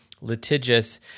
litigious